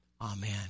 amen